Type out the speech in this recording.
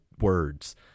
words